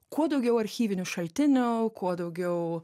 kuo daugiau archyvinių šaltinių kuo daugiau